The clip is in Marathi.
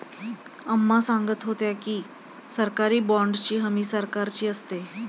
अम्मा सांगत होत्या की, सरकारी बाँडची हमी सरकारची असते